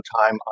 time